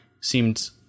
seemed